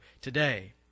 today